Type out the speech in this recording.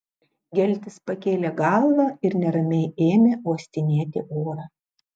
geltis pakėlė galvą ir neramiai ėmė uostinėti orą